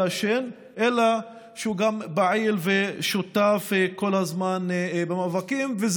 השן אלא הוא גם פעיל ושותף כל הזמן במאבקים.